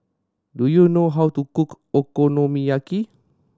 do you know how to cook Okonomiyaki